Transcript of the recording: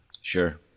Sure